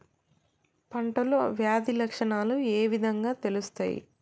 పంటలో వ్యాధి లక్షణాలు ఏ విధంగా తెలుస్తయి?